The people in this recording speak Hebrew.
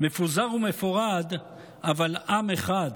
מפוזר ומפורד אבל עַם אחד